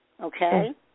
Okay